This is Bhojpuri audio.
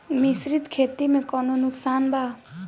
मिश्रित खेती से कौनो नुकसान बा?